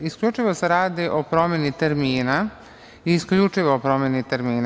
Isključivo se radi o promeni termina i isključivo o promeni termina.